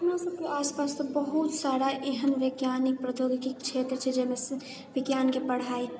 हमरा सबके आसपास तऽ बहुत सारा एहन वैज्ञानिक प्रौद्योगिकी क्षेत्र छै जाहिमे विज्ञानके पढ़ाइ